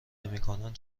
نمیکنند